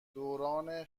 دوران